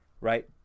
right